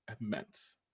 immense